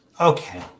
Okay